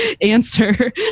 answer